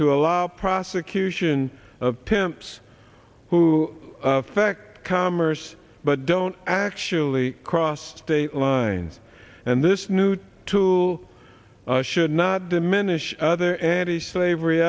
to allow prosecution of temps who fact commerce but don't actually crossed state lines and this new to two should not diminish other anti slavery